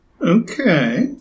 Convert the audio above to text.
okay